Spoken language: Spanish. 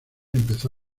empezó